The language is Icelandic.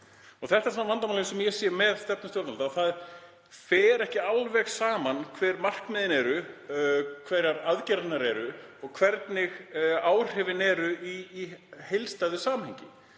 Þetta er vandamálið sem ég sé í stefnu stjórnvalda. Það fer ekki saman hver markmiðin eru, hverjar aðgerðirnar eru og hver áhrifin eru í heildstæðu samhengi.